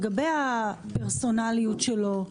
לגבי הפרסונליות שלו,